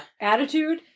Attitude